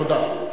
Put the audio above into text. תודה.